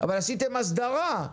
אבל עשיתם הסדרה.